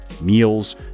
meals